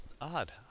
odd